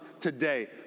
today